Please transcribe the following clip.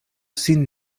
sin